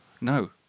No